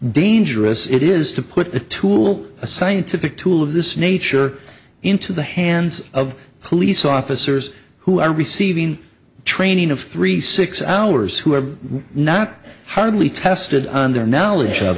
dangerous it is to put the tool a scientific tool of this nature into the hands of police officers who are receiving training of three six hours who are not hardly tested on their knowledge of